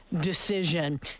decision